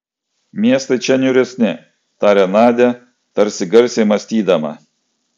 miestai čia niūresni tarė nadia tarsi garsiai mąstydama